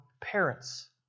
parents